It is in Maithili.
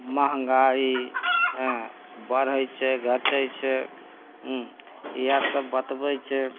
महँगाइ हँ बढ़ैत छै घटैत छै इएह सब बतबैत छै